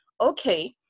okay